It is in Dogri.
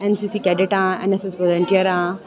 ऐन्नसिसि कैडिट आं वालेंटियर आं